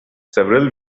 several